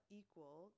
equal